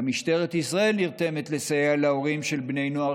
גם משטרת ישראל נרתמת לסייע להורים של בני נוער